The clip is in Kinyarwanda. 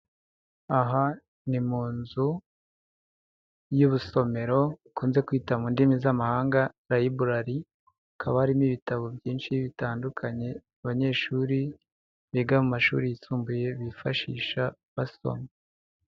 Aha ni mu nzu y'ubusomero, bakunze kwita mu ndimi z'amahanga Layiburari, hakaba harimo ibitabo byinshi bitandukanye abanyeshuri biga mu mashuri yisumbuye bifashisha basoma.